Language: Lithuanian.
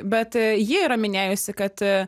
bet ji yra minėjusi kad